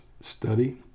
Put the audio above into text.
study